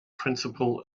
principal